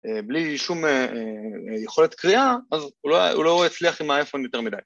בלי שום יכולת קריאה, אז הוא לא יצליח עם האייפון יותר מדי.